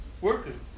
working